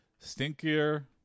Stinkier